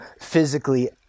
physically